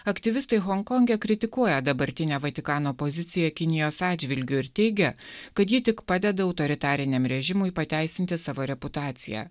aktyvistai honkonge kritikuoja dabartinę vatikano poziciją kinijos atžvilgiu ir teigia kad ji tik padeda autoritariniam režimui pateisinti savo reputaciją